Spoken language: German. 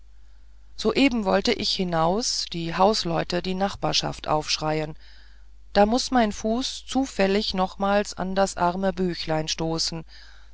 soeben wollte ich hinaus die hausleute die nachbarschaft aufschreien da muß mein fuß zufällig nochmals an das arme büchlein stoßen